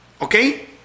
okay